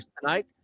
tonight